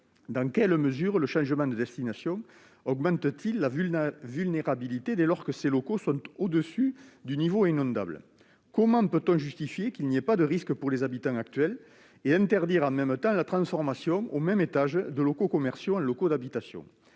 Dans quelle mesure le changement de destination augmente-t-il la vulnérabilité dès lors que ces locaux sont au-dessus du niveau inondable ? Comment peut-on justifier qu'il n'y ait pas de risque pour les habitants actuels et interdire en même temps la transformation au même étage de locaux commerciaux en locaux d'habitation ?